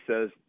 says